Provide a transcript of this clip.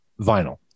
vinyl